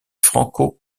franco